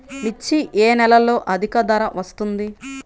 మిర్చి ఏ నెలలో అధిక ధర వస్తుంది?